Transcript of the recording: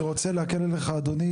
אני רוצה להקל עליך אדוני,